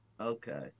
okay